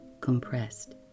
compressed